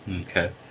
Okay